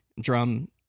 drum